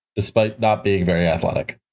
despite not being very athletic.